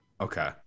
Okay